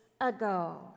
ago